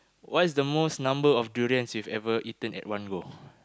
what is the most number of durians you have ever eaten at one go